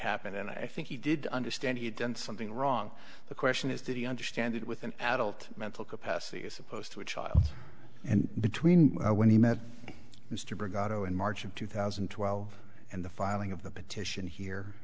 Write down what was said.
happened and i think he did understand he had done something wrong the question is did he understand it with an adult mental capacity as opposed to a child and between when he met mr bravado in march of two thousand and twelve and the filing of the petition here